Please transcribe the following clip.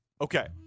Okay